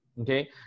Okay